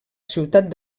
ciutat